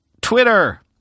Twitter